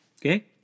Okay